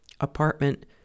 apartment